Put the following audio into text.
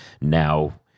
now